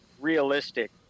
realistic